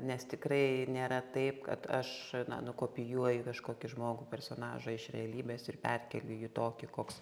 nes tikrai nėra taip kad aš na nukopijuoju kažkokį žmogų personažą iš realybės ir perkeliu jį tokį koks